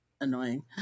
annoying